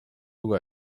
lugu